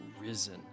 risen